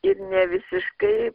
ir ne visiškai